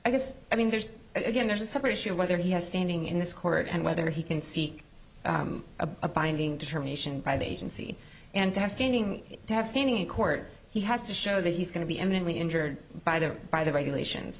i guess i mean there's again there's a separate issue of whether he has standing in this court and whether he can seek a binding determination by the agency and to have standing to have standing in court he has to show that he's going to be eminently injured by the by the regulations